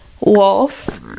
wolf